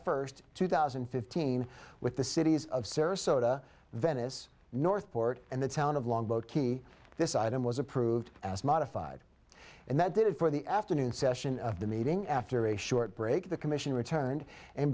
first two thousand and fifteen with the cities of sarasota venice north port and the town of longboat key this item was approved as modified and that did it for the afternoon session of the meeting after a short break the commission returned and